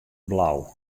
blau